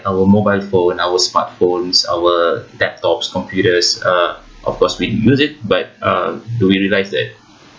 our mobile phone our smartphones our laptops computers uh of course we use it but uh do we realise that